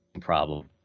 problem